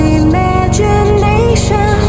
imagination